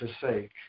forsake